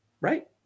right